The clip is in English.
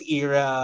era